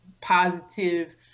positive